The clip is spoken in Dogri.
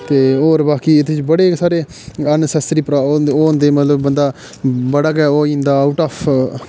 ते होर बाकी एह्दे च बड़े सारे अननेसेसरी प्रा ओह् होंदे मतलब बन्दा बड़ा गै ओह् होइंदा आउट ऑफ